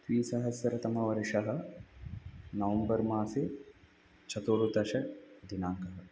द्विसहस्रतमवर्षः नवम्बर् मासे चतुर्दशदिनाङ्कः